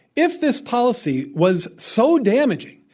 if this policy was so damaging,